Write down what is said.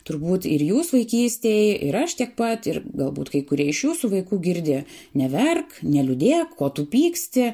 turbūt ir jūs vaikystėj ir aš tiek pat ir galbūt kai kurie iš jūsų vaikų girdi neverk neliūdėk ko tu pyksti